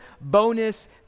bonus